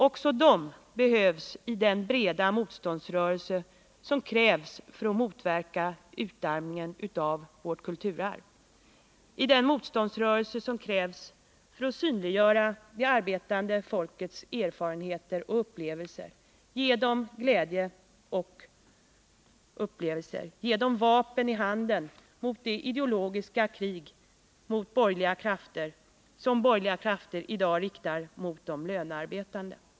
Också de behövs i den breda motståndsrörelse som krävs för att motverka utarmningen av vårt kulturarv — i den motståndsrörelse som krävs för att synliggöra det arbetande folkets erfarenheter och upplevelser, ge människor glädje och upplevelser, ge dem vapen i handen i kampen mot det ideologiska krig som borgerliga krafter i dag för mot de lönearbetande.